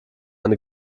eine